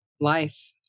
life